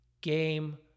game